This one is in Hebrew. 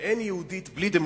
שאין יהודית בלי דמוקרטית,